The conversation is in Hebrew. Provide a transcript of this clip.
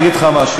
אני אגיד לך משהו.